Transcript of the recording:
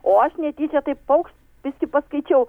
o aš netyčia taip paukšt biskį paskaičiau